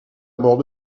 mort